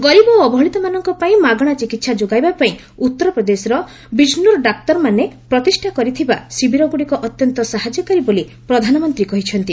ଗରିବ ଓ ଅବହେଳିତମାନଙ୍କ ପାଇଁ ମାଗଣା ଚିକିତ୍ସା ଯୋଗାଇବା ପାଇଁ ଉତ୍ତରପ୍ରଦେଶର ବିଜ୍ଜୋର ଡାକ୍ତରମାନେ ପ୍ରତିଷ୍ଠା କରିଥିବା ଶିବିରଗୁଡ଼ିକ ଅତ୍ୟନ୍ତ ସାହାଯ୍ୟକାରୀ ବୋଲି ପ୍ରଧାନମନ୍ତ୍ରୀ କହିଛନ୍ତି